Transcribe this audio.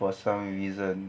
for some reason